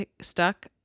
stuck